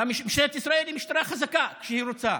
ומשטרת ישראל היא משטרה חזקה כשהיא רוצה,